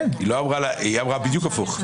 היא אמרה בדיוק הפוך.